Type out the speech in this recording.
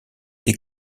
des